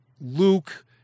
Luke